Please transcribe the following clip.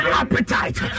appetite